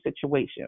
situation